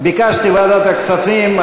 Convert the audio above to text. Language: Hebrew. ביקשתי ועדת הכספים,